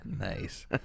Nice